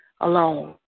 alone